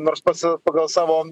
nors pats pagal savo